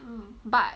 but